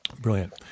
brilliant